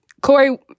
Corey